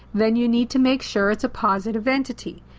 then you need to make sure it's a positive entity.